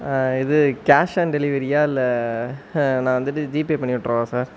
இது cash on டெலிவெரியா இல்லை நான் வந்துவிட்டு ஜிபே பண்ணிவிட்றவா சார்